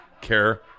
care